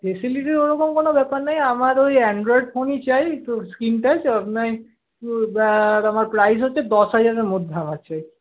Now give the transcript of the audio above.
facility ওরকম কোন ব্যাপার নেই আমার ওই অ্যান্ড্রয়েড ফোনই চাই তো স্ক্রিনটাচ আপনার আমার প্রাইস হচ্ছে দশ হাজারের মধ্যে আমার চাই